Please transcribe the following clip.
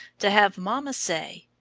to have mamma say,